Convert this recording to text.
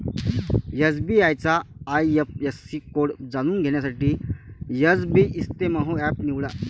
SBI चा IFSC code जाणून घेण्यासाठी एसबइस्तेमहो एप निवडा